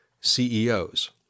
CEOs